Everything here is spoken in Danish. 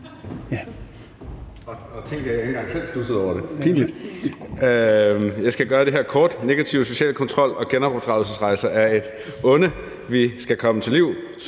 Jeg skal gøre det her kort. Negativ social kontrol og genopdragelsesrejser er et onde, vi skal komme til livs,